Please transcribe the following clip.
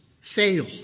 fail